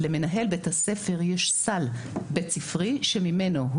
למנהל בית הספר יש סל בית ספרי שממנו הוא